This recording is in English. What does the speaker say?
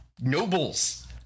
nobles